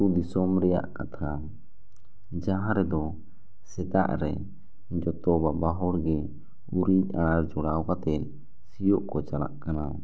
ᱟᱛᱳ ᱫᱤᱥᱚᱢ ᱨᱮᱭᱟᱜ ᱠᱟᱛᱷᱟ ᱡᱟᱦᱟᱸ ᱨᱮᱫᱚ ᱥᱮᱛᱟᱜ ᱨᱮ ᱡᱚᱛᱚ ᱵᱟᱵᱟ ᱦᱚᱲ ᱜᱮ ᱩᱨᱤᱡ ᱟᱲᱟᱨ ᱡᱚᱲᱟᱣ ᱠᱟᱛᱮ ᱥᱤᱭᱚᱜ ᱠᱚ ᱪᱟᱞᱟᱜ ᱠᱟᱱᱟ